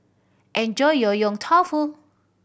enjoy your Yong Tau Foo